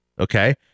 okay